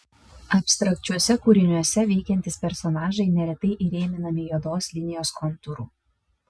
abstrakčiuose kūriniuose veikiantys personažai neretai įrėminami juodos linijos kontūru